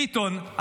ביטון,